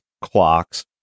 clocks